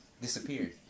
disappeared